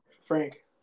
Frank